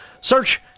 Search